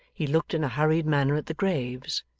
he looked in a hurried manner at the graves,